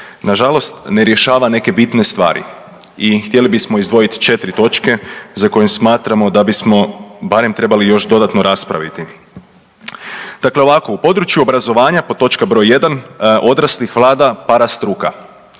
nažalost ne rješava neke bitne stvari i htjeli bismo izdvojit 4 točke za koje smatramo da bismo barem trebali još dodatno raspraviti. Dakle ovako, u području obrazovanja pod točka br. 1. odraslih vlada parastruka